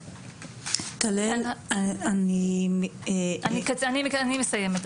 ODD'. אני מסיימת,